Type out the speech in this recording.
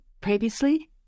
previously